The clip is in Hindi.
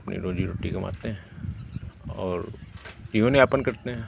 अपनी रोज़ी रोटी कमाते हैं और जीवन यापन करते हैं